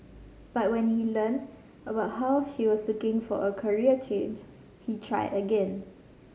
but when he learnt about how she was looking for a career change he tried again